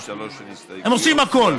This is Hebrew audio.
הם עושים הכול,